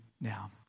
now